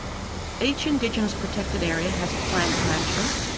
each indigenous protected area has a plan of management,